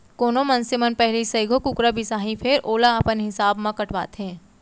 कोनो मनसे मन पहिली सइघो कुकरा बिसाहीं फेर ओला अपन हिसाब म कटवाथें